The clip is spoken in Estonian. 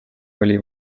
oli